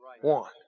one